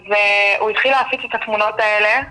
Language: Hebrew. אז הוא התחיל להפיץ את התמונות האלה,